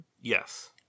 yes